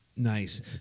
Nice